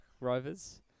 Rovers